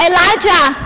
Elijah